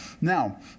Now